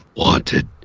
wanted